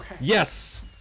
Yes